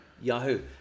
Yahoo